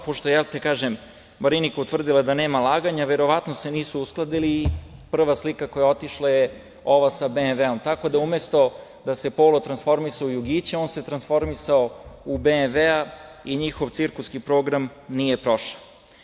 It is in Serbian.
Pošto je Marinika utvrdila da nema laganja, verovatno se nisu uskladili i prva slika koja je otišla je ova sa BMW, tako da umesto da se polo transformisao u jugića, on se transformisao u BMW i njihov cirkuski program nije prošao.